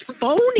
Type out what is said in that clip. phony